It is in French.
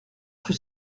rue